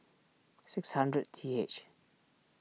six hundred T H